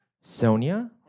Sonia